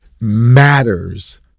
matters